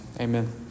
Amen